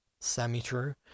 Semi-true